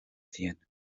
cien